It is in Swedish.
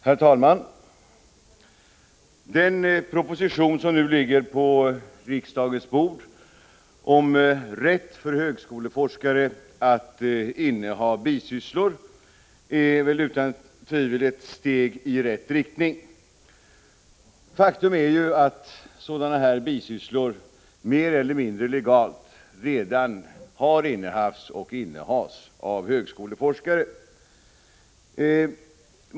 Herr talman! Den proposition som nu ligger på riksdagens bord om rätt för högskoleforskare att inneha bisysslor är utan tvivel ett steg i rätt riktning. Faktum är att sådana här bisysslor mer eller mindre legalt redan har innehafts och innehas av högskoleforskare.